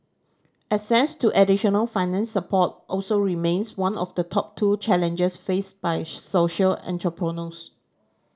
access to additional finance support also remains one of the top two challenges faced by social entrepreneurs